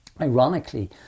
Ironically